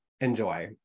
enjoy